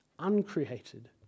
uncreated